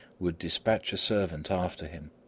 would despatch a servant after him.